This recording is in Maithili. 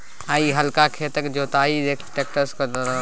आइ काल्हि खेतक जोताई टेक्टर सँ होइ छै हर केर बदला